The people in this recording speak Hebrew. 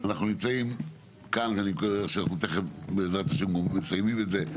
אנחנו נמצאים כאן ואנחנו תכף בעזרת ה' מסיימים את זה.